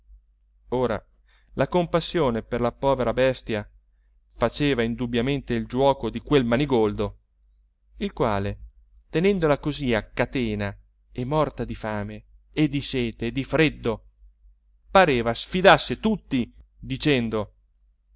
ora la compassione per la povera bestia faceva indubbiamente il giuoco di quel manigoldo il quale tenendola così a catena e morta di fame e di sete e di freddo pareva sfidasse tutti dicendo